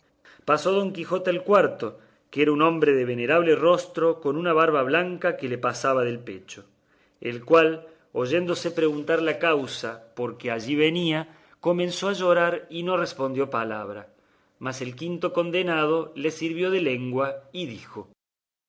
pasó don quijote al cuarto que era un hombre de venerable rostro con una barba blanca que le pasaba del pecho el cual oyéndose preguntar la causa por que allí venía comenzó a llorar y no respondió palabra mas el quinto condenado le sirvió de lengua y dijo